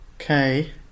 Okay